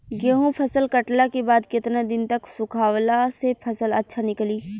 गेंहू फसल कटला के बाद केतना दिन तक सुखावला से फसल अच्छा निकली?